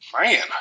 Man